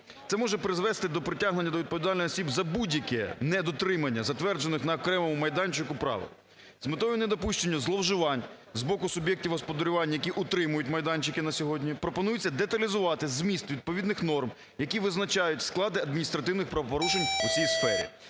Це може призвести до притягнення до відповідальності осіб за будь-яке недотримання затверджених на окремому майданчику правил. З метою недопущення зловживання з боку суб'єктів господарювання, які утримують майданчики на сьогодні, пропонується деталізувати зміст відповідних норм, які визначають склади адміністративних правопорушень у цій сфері.